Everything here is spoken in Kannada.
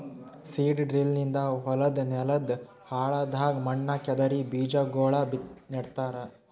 ಸೀಡ್ ಡ್ರಿಲ್ ನಿಂದ ಹೊಲದ್ ನೆಲದ್ ಆಳದಾಗ್ ಮಣ್ಣ ಕೆದರಿ ಬೀಜಾಗೋಳ ನೆಡ್ತಾರ